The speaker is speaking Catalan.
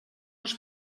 els